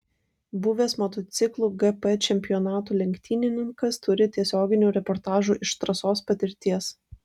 buvęs motociklų gp čempionatų lenktynininkas turi tiesioginių reportažų iš trasos patirties